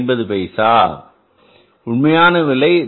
50 பைசா உண்மையான விலை ரூபாய் 2